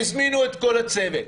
שהזמינו את כל הצוות,